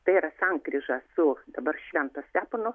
tai yra sankryža su dabar švento stepono